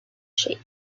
shape